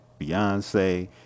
Beyonce